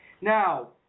Now